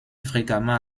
fréquemment